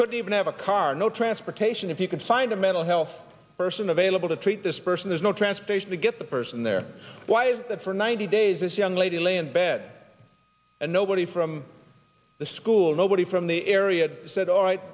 couldn't even have a car no transportation if you could find a mental health person available to treat this person there's no transportation to get the person there why is that for ninety days this young lady lay in bed and nobody from the school nobody from the area said all right